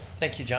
thank you, john.